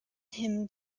him